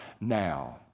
now